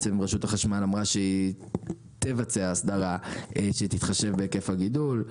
רשות החשמל אמרה שהיא תבצע אסדרה ותתחשב בהיקף הגידול.